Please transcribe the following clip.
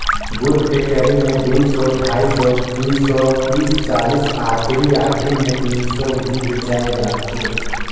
गुर फेकटरी मे दुई सौ, ढाई सौ, दुई सौ तीस चालीस आखिरी आखिरी मे तीनो सौ भी बेचाय जाथे